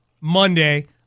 Monday